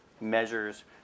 measures